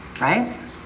right